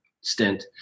stint